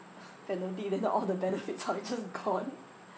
penalty then all the benefits are just gone